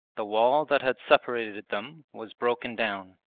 the wall that had separated them was broken down.